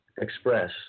express